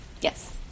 yes